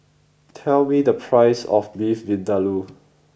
tell me the price of Beef Vindaloo